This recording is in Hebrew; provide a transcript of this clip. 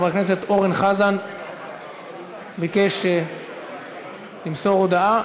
חבר הכנסת אורן חזן ביקש למסור הודעה.